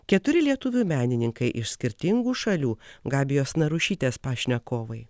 keturi lietuvių menininkai iš skirtingų šalių gabijos narušytės pašnekovai